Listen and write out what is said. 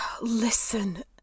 Listen